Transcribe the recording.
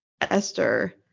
esther